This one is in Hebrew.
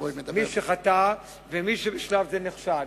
מי שחטא ומי שבשלב זה נחשד.